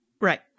Right